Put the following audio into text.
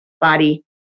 body